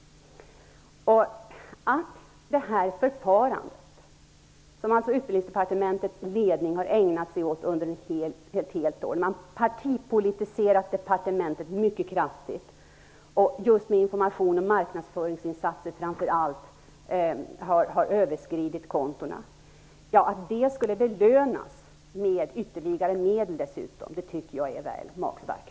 Utbildningsdepartementets ledning har partipolitiserat departementet mycket kraftigt under ett helt år. Med informations och marknadsföringsinsatser har man överskridit kontona. Att det förfarandet skulle belönas med ytterligare medel tycker jag är väl magstarkt.